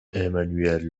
emmanuel